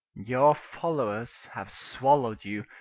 your followers have swallowed you,